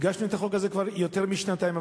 הגשנו את החוק הזה כבר לפני יותר משנתיים.